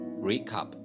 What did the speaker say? recap